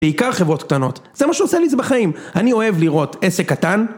בעיקר חברות קטנות, זה מה שעושה לי את זה בחיים. אני אוהב לראות, עסק קטן